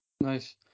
nice